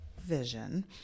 vision